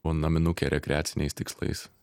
o naminukę rekreaciniais tikslais